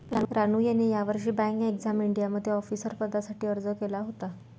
रानू यांनी यावर्षी bank exam इंडियामध्ये ऑफिसर पदासाठी अर्ज केला होता